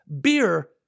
beer